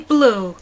Blue